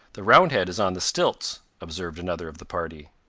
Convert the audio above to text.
the roundhead is on the stilts, observed another of the party.